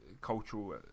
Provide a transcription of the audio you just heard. cultural